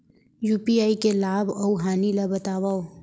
UPI के लाभ अऊ हानि ला बतावव